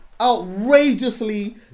outrageously